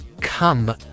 come